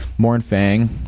Mornfang